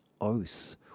oath